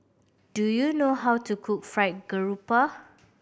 do you know how to cook Fried Garoupa